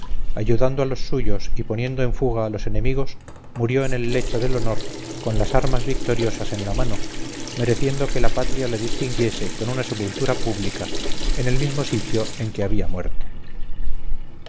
ayudando a los suyos y poniendo en fuga a los enemigos murió en el lecho del honor con las armas victoriosas en la mano mereciendo que la patria le distinguiese con una sepultura pública en el mismo sitio en que había muerto